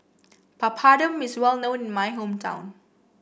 Papadum is well known in my hometown